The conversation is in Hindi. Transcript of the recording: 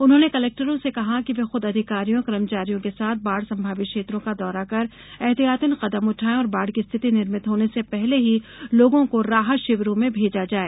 उन्होंने कलेक्टरों से कहा है कि वे खुद अधिकारियों कर्मचारियों के साथ बाढ़ संभावित क्षेत्रों का दौरा कर एहतियातन कदम उठाएं और बाढ़ की स्थिति निर्मित होने से पहले ही लोगों को राहत शिविरों में भेजा जाए